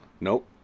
Nope